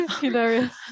hilarious